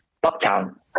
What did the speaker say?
Bucktown